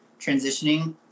transitioning